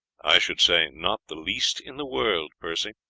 i should say not the least in the world, percy.